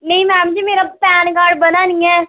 नेईं मै'म जी मेरा पैनकार्ड बना निं ऐ